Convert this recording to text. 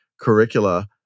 curricula